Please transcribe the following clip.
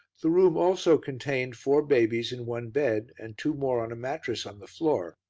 the room also contained four babies in one bed, and two more on a mattress on the floor,